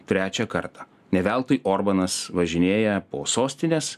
trečią kartą ne veltui orbanas važinėja po sostines